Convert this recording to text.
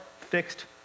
fixed